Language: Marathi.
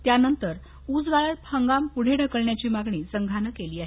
त्यानंतर ऊस गाळप हंगाम पूढे ढकलण्याची मागणी संघानं केली आहे